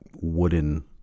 wooden